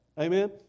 Amen